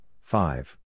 five